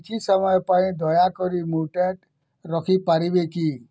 କିଛି ସମୟ ପାଇଁ ଦୟାକରି ମ୍ୟୁଟେଡ଼୍ ରଖିପାରିବେ କି